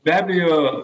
be abejo